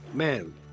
Man